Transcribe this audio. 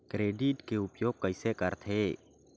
Credit के उपयोग कइसे करथे?